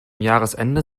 jahresende